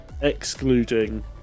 excluding